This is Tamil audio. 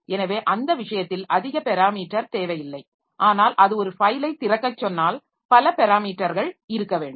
எனவே அந்த விஷயத்தில் அதிக பெராமீட்டர் தேவையில்லை ஆனால் அது ஒரு ஃபைலைத் திறக்கச் சொன்னால் பல பெராமீட்டர்கள் இருக்க வேண்டும்